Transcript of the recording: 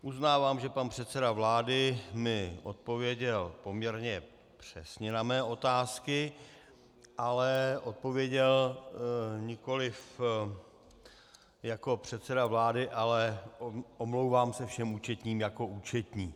Uznávám, že pan předseda vlády mi odpověděl poměrně přesně na mé otázky, ale odpověděl nikoliv jako předseda vlády, ale omlouvám se všem účetním jako účetní.